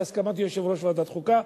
בהסכמת יושב-ראש ועדת חוקה,